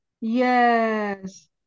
Yes